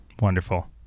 wonderful